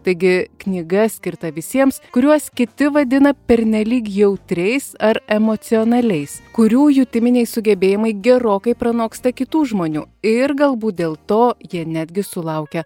taigi knyga skirta visiems kuriuos kiti vadina pernelyg jautriais ar emocionaliais kurių jutiminiai sugebėjimai gerokai pranoksta kitų žmonių ir galbūt dėl to jie netgi sulaukia